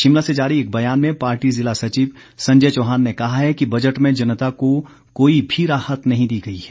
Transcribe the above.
शिमला से जारी एक बयान में पार्टी ज़िला सचिव संजय चौहान ने कहा है कि बजट में जनता को कोई भी राहत नहीं दी गई है